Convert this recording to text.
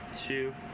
two